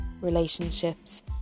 relationships